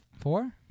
four